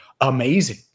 amazing